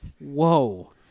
Whoa